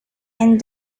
and